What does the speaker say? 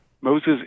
Moses